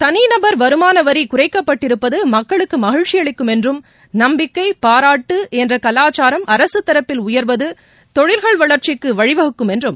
தனிநபர் வருமான வரி குறைக்கப்பட்டிருப்பது மக்களுக்கு மகிழ்ச்சி அளிக்கும் என்றும் நம்பிக்கை பாராட்டு என்ற கவாச்சாரம் அரசு தரப்பில் உயர்வது தொழில்கள் வளர்ச்சிக்கு வழிவகுக்கும் என்றும்